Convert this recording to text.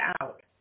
out